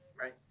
Right